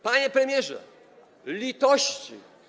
Panie premierze, litości.